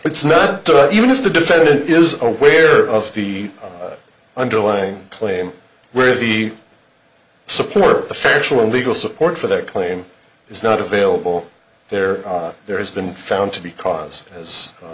it's not even if the defendant is aware of the underlying claim where the support of the factual legal support for that claim is not available there there has been found to be cause as